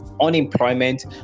unemployment